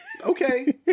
okay